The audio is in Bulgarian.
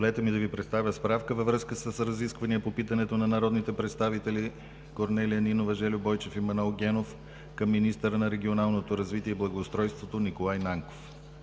Позволете ми да Ви представя справка във връзка с разисквания по питането на народните представители Корнелия Нинова, Жельо Бойчев и Манол Генов към министъра на регионалното развитие и благоустройството Николай Нанков